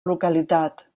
localitat